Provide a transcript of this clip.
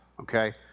Okay